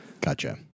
gotcha